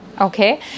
Okay